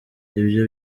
ibyo